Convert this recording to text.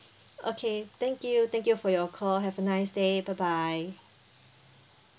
okay thank you thank you for your call have a nice day bye bye